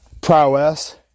prowess